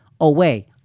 away